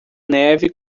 neve